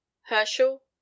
Herschel